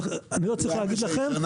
אני לא צריך להגיד לכם,